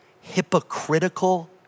hypocritical